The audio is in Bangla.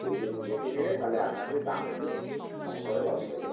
কুড়ি কেজির বেশি নিলে তাহলে আপনাকে দাম একটু কম করে বাবু নেবে